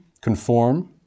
Conform